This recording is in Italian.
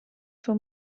suo